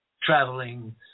traveling